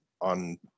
on